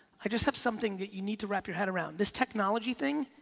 i just have something that you need to wrap your head around, this technology thing,